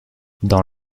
dans